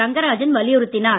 ரங்கராஜன் வலியுறுத்தினார்